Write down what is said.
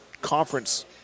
conference